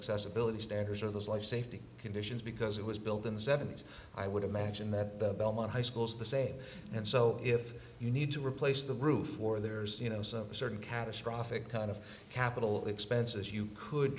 accessibility standards are those life safety conditions because it was built in the seventy's i would imagine that the belmont high schools the same and so if you need to replace the roof or there's you know some certain catastrophic kind of capital expenses you could